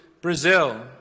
Brazil